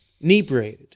Knee-braided